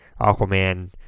Aquaman